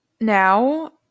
now